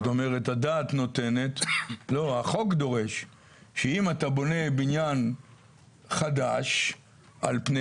זאת אומרת החוק דורש שאם אתה בונה בניין חדש על פני